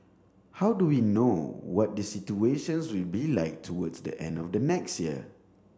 how do we know what the situations will be like towards the end of next year